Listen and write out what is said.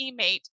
teammate